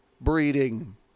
breeding